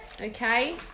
okay